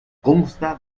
consta